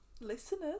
Listeners